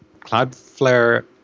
Cloudflare